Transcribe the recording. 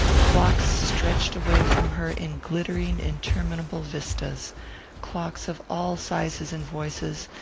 clocks stretched away from her in glittering interminable vistas clocks of all sizes and voices,